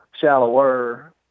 shallower